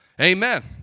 Amen